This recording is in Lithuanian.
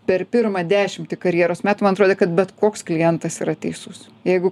per pirmą dešimtį karjeros metų man atrodė kad bet koks klientas yra teisus jeigu